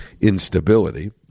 instability